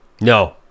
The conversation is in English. No